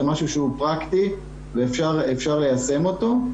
זה משהו שהוא פרקטי ואפשר ליישם אותו.